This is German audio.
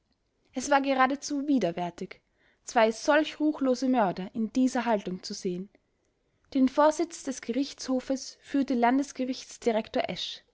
es war geradezu widerwärtig zwei solch ruchlose mörder in dieser haltung zu sehen den vorsitz des gerichtshofes führte landgerichtsdirektor